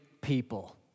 people